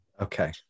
Okay